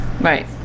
Right